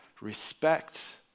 respect